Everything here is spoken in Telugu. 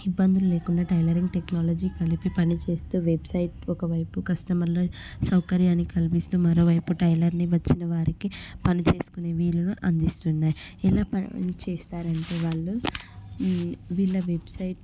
ఇబ్బందులు లేకుండా టైలరింగ్ టెక్నాలజీ కలిపి పనిచేస్తూ వెబ్సైట్ ఒక వైపు కస్టమర్ల సౌకర్యానికి కలిపిస్తూ మరోవైపు టైలరింగ్ వచ్చిన వారికి పనిచేసుకునే వీలును అందిస్తున్నాయి ఎలా పని చేస్తారంటే వాళ్ళు వీళ్ళ వెబ్సైట్